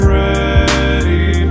ready